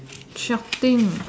shopping